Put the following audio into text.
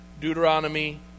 Deuteronomy